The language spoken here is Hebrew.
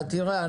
תראה,